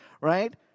right